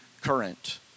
current